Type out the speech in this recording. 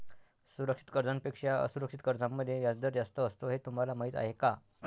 सुरक्षित कर्जांपेक्षा असुरक्षित कर्जांमध्ये व्याजदर जास्त असतो हे तुम्हाला माहीत आहे का?